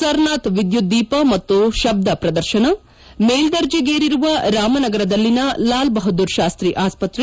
ಸರ್ನಾಥ್ ವಿದ್ಯುತ್ದೀಪ ಮತ್ತು ಶಬ್ದ ಪ್ರದರ್ತನ ಮೇಲ್ವರ್ಜೆಗೇರಿರುವ ರಾಮನಗರದಲ್ಲಿನ ಲಾಲ್ಬಹದ್ದೂರ್ ಶಾಸ್ತಿ ಆಸ್ಪತ್ರೆ